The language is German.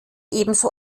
ebenso